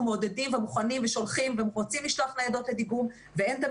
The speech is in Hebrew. מעודדים ומוכנים ושולחים ורוצים לשלוח ניידות לדיגום ואין תמיד